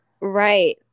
Right